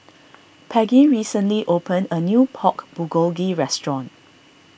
Peggie recently opened a new Pork Bulgogi restaurant